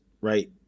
right